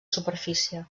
superfície